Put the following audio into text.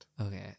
Okay